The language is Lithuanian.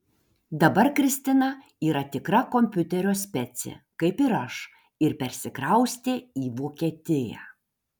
dabar kristina yra tikra kompiuterio specė kaip ir aš ir persikraustė į vokietiją